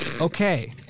Okay